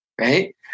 right